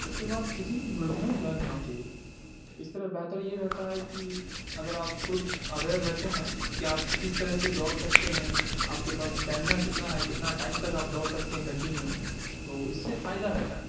اس کے بعد کسی گروپ میں جوائن ہونا چاہیے اس طرح بہتر یہ رہتا ہے کہ اگر آپ خود اویر رہتے ہیں کہ آپ کس طرح سے دوڑ سکتے ہیں آپ کے پاس اسٹیمینا کتنا ہے کتنا ٹائم تک آپ دوڑ سکتے ہیں کنٹینیو تو اس سے فائدہ رہتا ہے